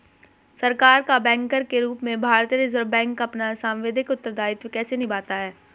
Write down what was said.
सरकार का बैंकर के रूप में भारतीय रिज़र्व बैंक अपना सांविधिक उत्तरदायित्व कैसे निभाता है?